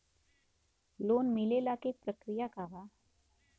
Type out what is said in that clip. Loan मिलेला के प्रक्रिया का बा?